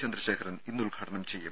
ചന്ദ്രശേഖരൻ ഇന്ന് ഉദ്ഘാടനം ചെയ്യും